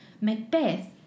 Macbeth